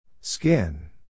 Skin